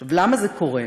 עכשיו, למה זה קורה?